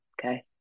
okay